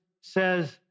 says